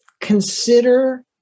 consider